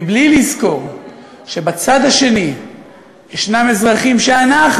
בלי לזכור שבצד השני יש אזרחים ואנחנו